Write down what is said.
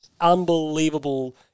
Unbelievable